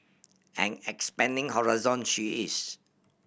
and expanding horizon she is